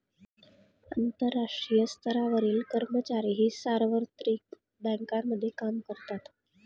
आंतरराष्ट्रीय स्तरावरील कर्मचारीही सार्वत्रिक बँकांमध्ये काम करतात